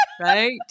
right